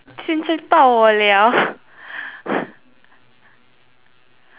青春到我了